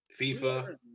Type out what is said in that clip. fifa